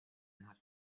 have